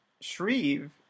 Shreve